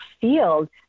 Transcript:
field